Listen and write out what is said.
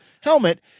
helmet